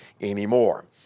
anymore